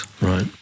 Right